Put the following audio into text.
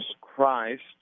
Christ